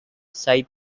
side